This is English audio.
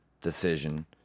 decision